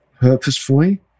purposefully